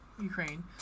Ukraine